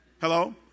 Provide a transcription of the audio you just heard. Hello